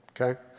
okay